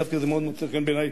דווקא זה מאוד מוצא חן בעיני,